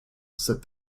said